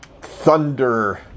Thunder